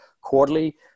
quarterly